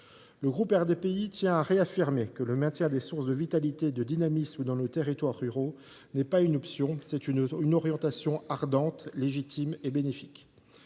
groupe tient à réaffirmer que le maintien des sources de vitalité et de dynamisme dans nos territoires ruraux est non pas une option, mais une orientation ardente, légitime et bénéfique.